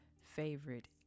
favorite